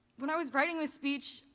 when i was writing this speech,